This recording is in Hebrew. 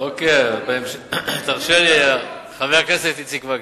חבר הכנסת איציק וקנין,